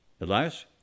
Elias